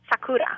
Sakura